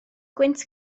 gwynt